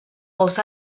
els